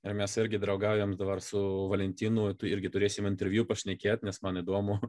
ir mes irgi draugaujam dabar su valentinu irgi turėsim interviu pašnekėti nes man įdomu